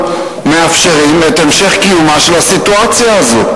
מאפשרים את המשך קיומה של הסיטואציה הזאת.